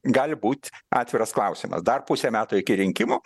gali būt atviras klausimas dar pusė metų iki rinkimų